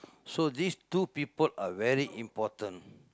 so these two people are very important